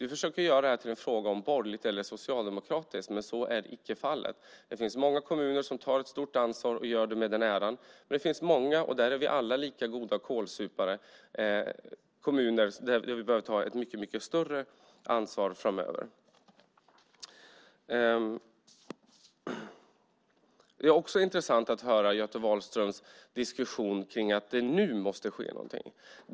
Du försöker göra det här till en fråga om borgerligt eller socialdemokratiskt. Men så är icke fallet. Det finns många kommuner som tar ett stort ansvar och gör det med den äran, men det finns också många, och där är vi alla lika goda kålsupare, som behöver ta ett mycket större ansvar framöver. Det är också intressant att höra Göte Wahlströms diskussion kring att det nu måste ske någonting.